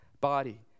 body